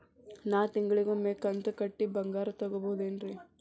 ನಾ ತಿಂಗಳಿಗ ಒಮ್ಮೆ ಕಂತ ಕಟ್ಟಿ ಬಂಗಾರ ತಗೋಬಹುದೇನ್ರಿ?